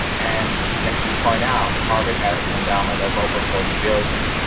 and as you point out, harvard has an endowment of over forty billion.